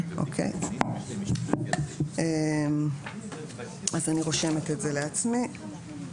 אז אני רושמת את זה לעצמי.